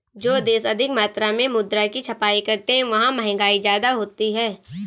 जो देश अधिक मात्रा में मुद्रा की छपाई करते हैं वहां महंगाई ज्यादा होती है